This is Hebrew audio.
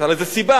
היתה לזה סיבה.